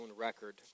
record